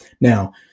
Now